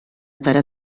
stare